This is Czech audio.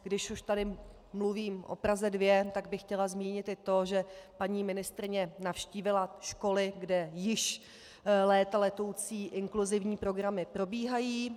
Když už tady mluvím o Praze 2, chtěla bych zmínit i to, že paní ministryně navštívila školy, kde již léta letoucí inkluzivní programy probíhají.